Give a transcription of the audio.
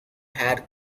had